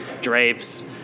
drapes